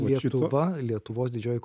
lietuva lietuvos didžioji